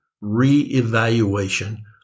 re-evaluation